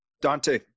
Dante